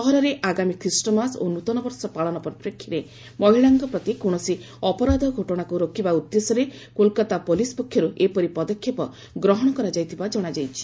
ସହରରେ ଆଗାମୀ ଖ୍ରୀଷ୍ଟମାସ ଓ ନୃତନବର୍ଷ ପାଳନ ପରିପ୍ରେକ୍ଷୀରେ ମହିଳାଙ୍କ ପ୍ରତି କୌଣସି ଅପରାଧ ଘଟଣାକୁ ରୋକିବା ଉଦ୍ଦେଶ୍ୟରେ କୋଲକାତା ପୁଲିସ୍ ପକ୍ଷରୁ ଏପରି ପଦକ୍ଷେପ ଗ୍ରହଣ କରାଯାଇଥିବା ଜଣାଯାଇଛି